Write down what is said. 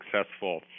successful